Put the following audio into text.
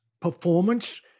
performance